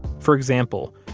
for example,